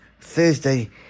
Thursday